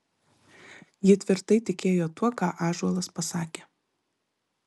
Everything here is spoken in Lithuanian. ji tvirtai tikėjo tuo ką ąžuolas pasakė